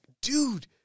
dude